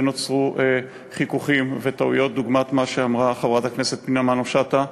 ונוצרו חיכוכים וטעויות דוגמת מה שאמרה חברת הכנסת פנינה תמנו-שטה.